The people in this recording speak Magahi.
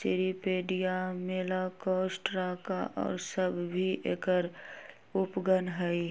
सीरीपेडिया, मेलाकॉस्ट्राका और सब भी एकर उपगण हई